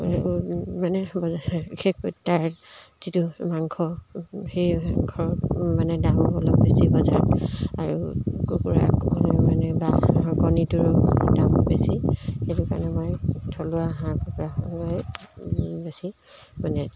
মানে বজাৰ শেষ তাৰ যিটো মাংস সেই মাংস মানে দামো অলপ বেছি বজাৰত আৰু কুকুৰা মানে বা কণীটোৰো দামো বেছি সেইটো কাৰণে মই থলুৱা হাঁহ কুকুৰালৈ বেছি মানে